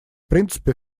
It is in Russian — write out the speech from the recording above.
принципе